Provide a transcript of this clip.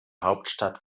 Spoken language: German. hauptstadt